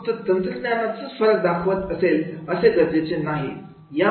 फक्त तंत्रज्ञानाच फरक दाखवेल असे गरजेचे नाही